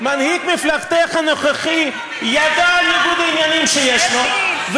מנהיג מפלגתך הנוכחי ידע על ניגוד העניינים שיש לו,